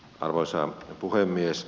arvoisa puhemies